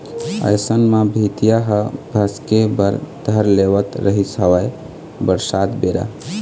अइसन म भीतिया ह भसके बर धर लेवत रिहिस हवय बरसात बेरा